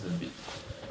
just a bit